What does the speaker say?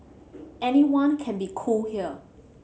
anyone can be cool here